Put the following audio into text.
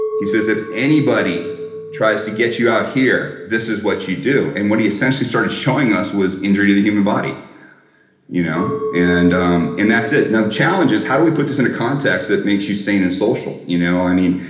he says if anybody tries to get you out here, this is what you do, and what he essentially started showing us was injury to the human body you know, and um and that's it. now the challenge is how we put this into context that makes you seem as social, you know what i mean.